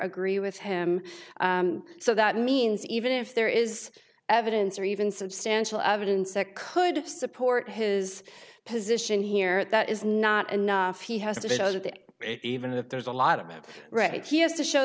agree with him so that means even if there is evidence or even substantial evidence that could support his position here that is not enough he has to show that even if there's a lot of it right he has to show